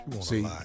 See